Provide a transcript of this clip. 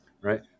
right